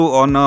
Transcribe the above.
on